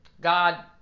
God